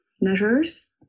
measures